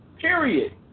period